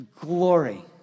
glory